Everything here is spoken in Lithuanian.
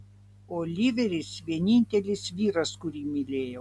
oliveris vienintelis vyras kurį mylėjau